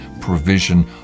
provision